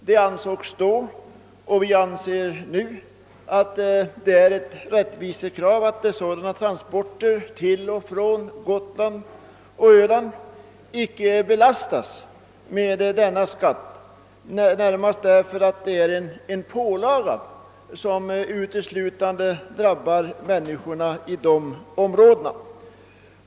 Det ansågs då, och vi anser nu, att det är ett rättvisekrav att sådana transporter till och från Gotland och Öland icke belastas med denna skatt, närmast därför att det är en pålaga som uteslutande drabbar människorna i de områdena.